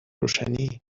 روشنی